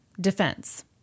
Defense